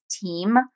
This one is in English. team